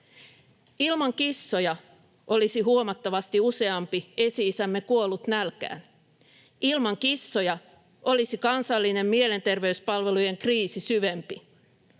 Ilman kissoja olisi huomattavasti useampi esi-isämme kuollut nälkään. Ilman kissoja olisi kansallinen mielenterveyspalvelujen kriisi syvempi.